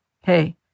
Hey